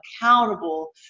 accountable